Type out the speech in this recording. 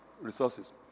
resources